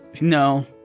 No